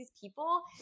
people